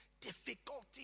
difficulty